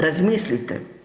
Razmislite.